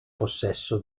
possesso